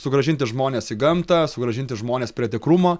sugrąžinti žmones į gamtą sugrąžinti žmones prie tikrumo